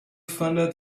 funded